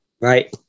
right